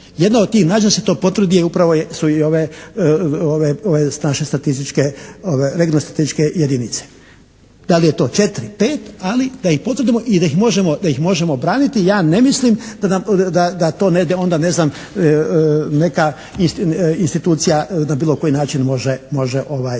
Jedna od tih …/Govornik se ne razumije./… upravo su i ove naše statističke, regionalne statističke jedinice. Da li je to četiri, pet, ali da ih potvrdimo i da ih možemo braniti. Ja ne mislim da to onda ne znam neka institucija na bilo koji način može